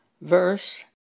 verse